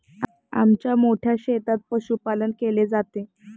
आमच्या मोठ्या शेतात पशुपालन केले जाते